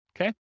Okay